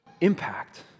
impact